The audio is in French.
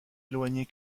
éloignées